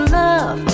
love